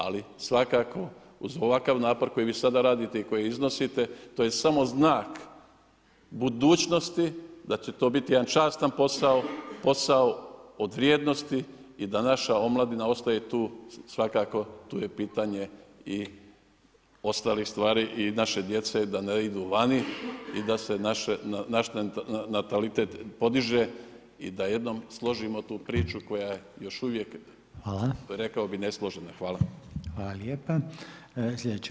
Ali svakako uz ovakav napor koji vi sada radite i koji iznosite to je samo znak budućnosti da će to biti jedan častan posao, posao od vrijednosti i da naša omladina ostaje tu svakako tu je pitanje i ostalih stvari i naše djece da ne idu vani i da se naš mentalitet podiže i da jednom složimo tu priču koja je još uvijek rekao bih ne složena.